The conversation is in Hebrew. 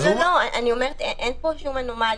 אני אומרת שאין כאן כל אנומליה.